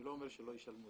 אני לא אומר שלא ישלמו,